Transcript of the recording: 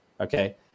Okay